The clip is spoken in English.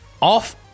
off